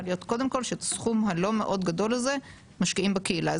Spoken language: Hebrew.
להיות קודם כל שאת הסכום הלא גדול הזה משקיעים בקהילה.